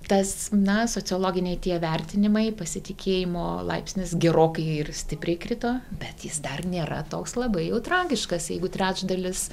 tas na sociologiniai tie vertinimai pasitikėjimo laipsnis gerokai ir stipriai krito bet jis dar nėra toks labai jau tragiškas jeigu trečdalis